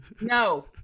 No